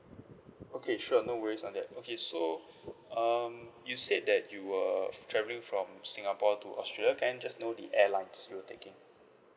okay sure no worries on that okay so um you said that you were travelling from singapore to australia can I just know the airlines you were taking